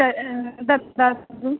तत् ददातु